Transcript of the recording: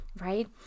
right